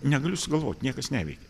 negaliu sugalvoti niekas neveikia